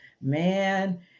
man